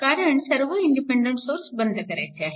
कारण सर्व independent source बंद करायचे आहेत